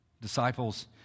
Disciples